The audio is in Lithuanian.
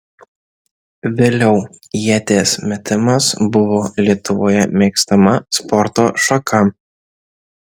vėliau ieties metimas buvo lietuvoje mėgstama sporto šaka